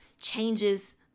changes